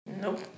Nope